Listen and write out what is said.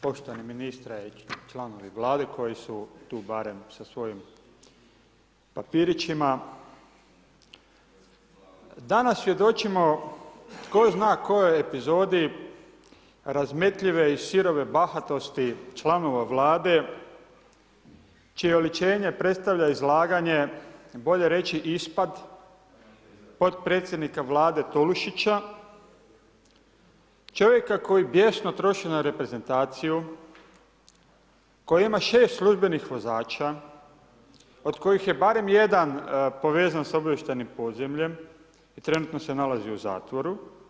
Poštovani ministre, članovi vlade, koji su tu barem sa svojim papirićima Danas svjedočimo tko zna kojoj epizodi, razmetljive i sirove bahatosti članova vlade, čije oličenje predstavlja izlaganje, bolje reći ispad potpredsjednika Vlade Tolušića, čovjeka koji bijesno troši na reprezentaciju koji ima 6 službenih vozača, od kojih je barem jedan povezan s obavještajnim podzemljem i trenutno se nalazi u zatvoru.